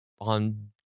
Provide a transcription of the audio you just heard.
on